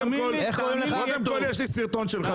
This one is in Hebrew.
תאמין לי --- קודם כל יש לי סרטון שלך,